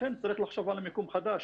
ולכן צריך לחשוב על מיקום חדש.